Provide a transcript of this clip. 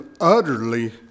utterly